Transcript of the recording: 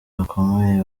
bakomeye